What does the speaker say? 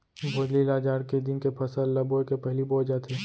भोजली ल जाड़ के दिन के फसल ल बोए के पहिली बोए जाथे